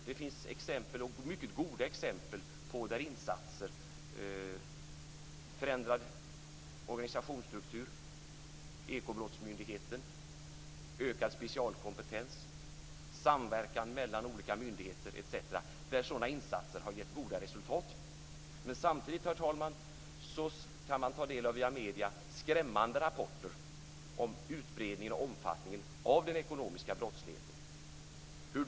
Det finns många bra exempel på insatser som har gett goda resultat: förändrad organisationsstruktur, Ekobrottsmyndigheten, ökad specialkompetens, samverkan mellan olika myndigheter etc. Samtidigt, herr talman, kan man via medierna ta del av skrämmande rapporter om utbredningen och omfattningen av den ekonomiska brottsligheten.